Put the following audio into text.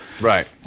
Right